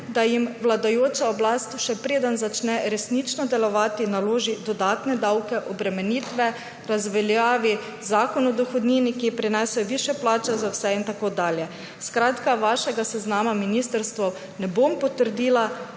da jim vladajoča oblast, še preden začne resnično delovati, naloži dodatne davke, obremenitve, razveljavi Zakon o dohodnini, ki je prinesel višje plače za vse, in tako dalje. Vašega seznama ministrstev ne bom potrdila,